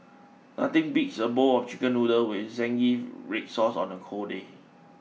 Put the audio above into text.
nothing beats a bowl of chicken noodles with zingy red sauce on a cold day